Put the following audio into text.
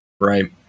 Right